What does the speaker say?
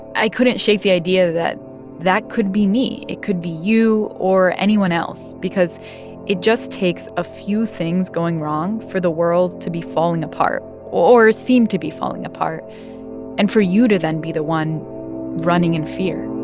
i couldn't shake the idea that that could be me, it could be you or anyone else because it just takes a few things going wrong for the world to be falling apart or seem to be falling apart and for you to then be the one running in fear